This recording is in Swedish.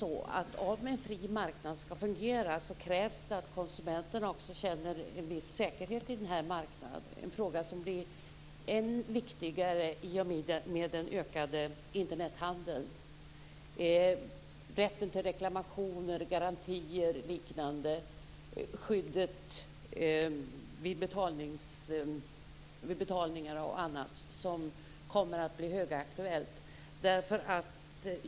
Om en fri marknad skall fungera krävs det att konsumenterna också känner en viss säkerhet i marknaden - en fråga som blir än viktigare i och med den ökade Internethandeln. Det gäller rätten till reklamationer, garantier, skyddet vid betalningar och annat, som kommer att bli högaktuellt.